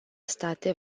state